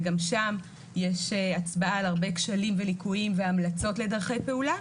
וגם שם יש הצבעה על הרבה כשלים וליקויים והמלצות לדרכי פעולה,